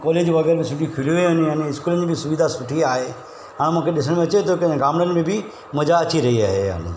college वग़ैरह सुठी खुली विया आहिनि यानी स्कूलनि जी बि सुविधा सुठी आहे हा मूंखे ॾिसण में अचे थो की गांमणनि में बि मज़ा अची रही आहे हाणे